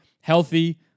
healthy